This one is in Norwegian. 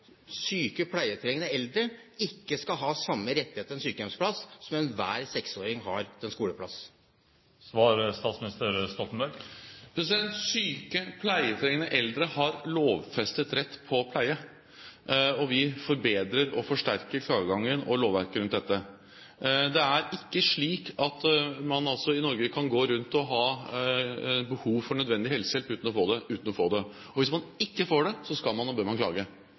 syke, pleietrengende eldre ikke skal ha samme rettighet til en sykehjemsplass som enhver 6-åring har til en skoleplass? Syke, pleietrengende eldre har lovfestet rett til pleie, og vi forbedrer og forsterker klageadgangen og lovverket rundt dette. Det er ikke slik at man i Norge skal gå rundt og ha behov for nødvendig helsehjelp uten å få det. Hvis man ikke får det, så skal man og bør man klage.